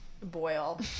boil